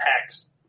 hex